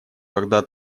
когда